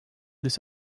this